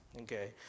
Okay